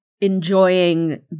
enjoying